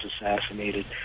assassinated